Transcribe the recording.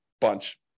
bunch